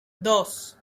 dos